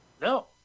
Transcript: no